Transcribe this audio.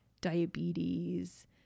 diabetes